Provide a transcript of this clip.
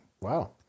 Wow